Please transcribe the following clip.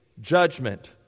Judgment